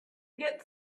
get